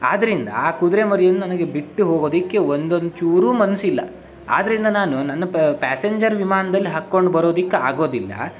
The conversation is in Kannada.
ಆದ್ದರಿಂದ ಆ ಕುದುರೆ ಮರಿಯನ್ನು ನನಗೆ ಬಿಟ್ಟು ಹೋಗೋದಕ್ಕೆ ಒಂದೊಂದು ಚೂರೂ ಮನಸ್ಸಿಲ್ಲ ಆದ್ದರಿಂದ ನಾನು ನನ್ನ ಪಾ ಪ್ಯಾಸೆಂಜರ್ ವಿಮಾನದಲ್ಲಿ ಹಾಕ್ಕೊಂಡು ಬರೋದಕ್ಕೆ ಆಗೋದಿಲ್ಲ